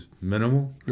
minimal